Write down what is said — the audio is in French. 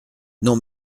non